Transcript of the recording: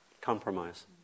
Compromise